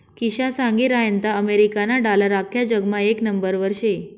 किशा सांगी रहायंता अमेरिकाना डालर आख्खा जगमा येक नंबरवर शे